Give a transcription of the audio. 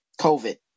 COVID